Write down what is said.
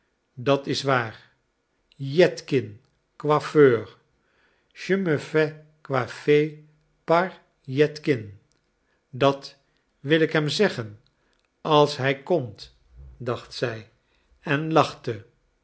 je me fais coiffer par jätkin dat wil ik hem zeggen als hij komt dacht zij en lachte